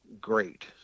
great